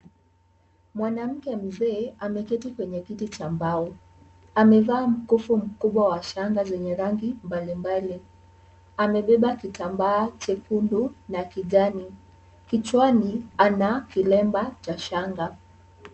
Mwanamke mzee ameketi kwenye kiti cha mbao. Amevaa mkufu mkubwa wa shanga zenye rangi mbalimbali. Amebeba kitambaa chekundu na kijani. Kichwani ana kilemba cha shanga.